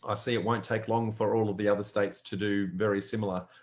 i see it won't take long for all of the other states to do very similar.